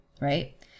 right